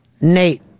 Nate